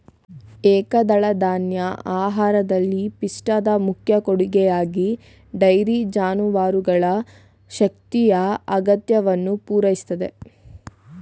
ಏಕದಳಧಾನ್ಯ ಆಹಾರದಲ್ಲಿ ಪಿಷ್ಟದ ಮುಖ್ಯ ಕೊಡುಗೆಯಾಗಿ ಡೈರಿ ಜಾನುವಾರುಗಳ ಶಕ್ತಿಯ ಅಗತ್ಯವನ್ನು ಪೂರೈಸುತ್ತೆ